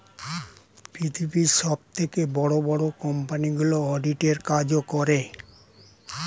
পৃথিবীর সবথেকে বড় বড় কোম্পানিগুলো অডিট এর কাজও করে